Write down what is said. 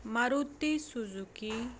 Maruti Suzuki